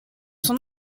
son